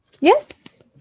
yes